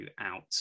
out